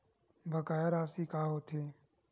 बकाया राशि का होथे?